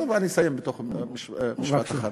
טוב, אני אסיים במשפט אחד.